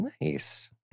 nice